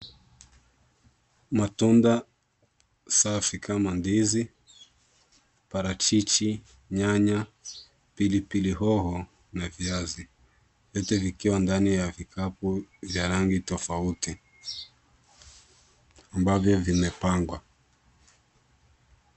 Matunda safi kama ndizi, parachichi, nyanya, pilipili hoho na viazi, vyote vikiwa ndani ya vikapu vya rangi tofauti ambavyo vimepangwa.